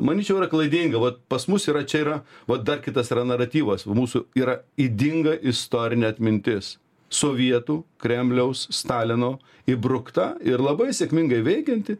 manyčiau yra klaidinga vat pas mus yra čia yra vat dar kitas yra naratyvas mūsų yra ydinga istorinė atmintis sovietų kremliaus stalino įbrukta ir labai sėkmingai veikianti